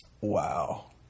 Wow